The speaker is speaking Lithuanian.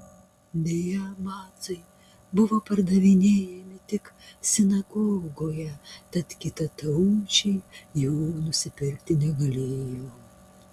deja macai buvo pardavinėjami tik sinagogoje tad kitataučiai jų nusipirkti negalėjo